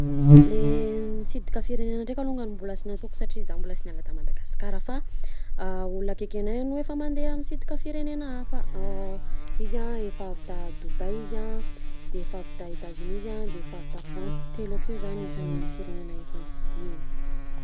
Le nitsidika firenena ndreka longany mbola sy nataoko satria zaho mbola sy niala ta Madagasikara fa olona akeky anahy no efa nandeha nisidika firenena afa a izy a efa avy ta Dubai izy a, efa avy ta Etats-unis izy a ,de efa avy ta France telo akeo zany isan'ny firenena efa nisidihiny.